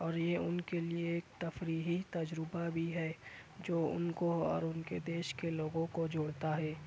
اور یہ ان کے لیے ایک تفریحی تجربہ بھی ہے جو ان کو اور ان کے دیش کے لوگوں کو جوڑتا ہے